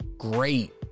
great